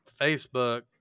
Facebook